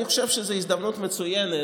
אני חושב שזאת הזדמנות מצוינת,